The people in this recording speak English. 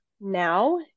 now